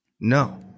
No